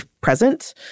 present